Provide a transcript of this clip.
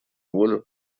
волю